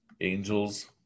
Angels